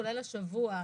כולל השבוע,